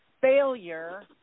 failure